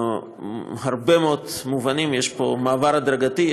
בהרבה מאוד מובנים יש פה מעבר הדרגתי,